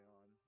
on